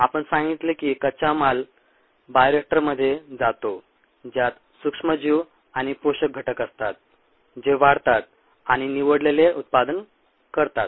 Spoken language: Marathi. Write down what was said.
आपण सांगितले की कच्चा माल बायोरिएक्टरमध्ये जातो ज्यात सूक्ष्मजीव आणि पोषक घटक असतात जे वाढतात आणि निवडलेले उत्पादन करतात